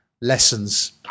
lessons